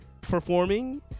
performing